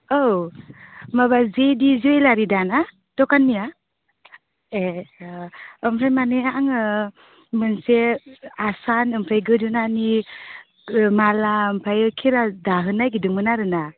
औ माबा जे दि जुवेलारि दा ना दखानिआ ए ओमफ्राय माने आङो मोनसे आसान ओमफ्राय गोदोनानि माला ओमफ्राय खेरा दाहोनो नागिरदोंमोन आरोना